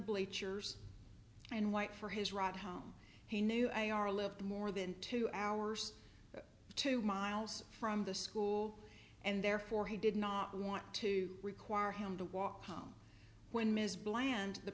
bleachers and white for his ride home he knew i are left more than two hours two miles from the school and therefore he did not want to require him to walk home when ms bland the